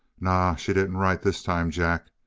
naw she didn't write this time, jack.